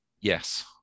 yes